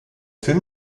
film